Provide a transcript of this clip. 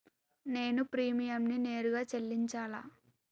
నేను ప్రీమియంని నేరుగా చెల్లించాలా?